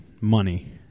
money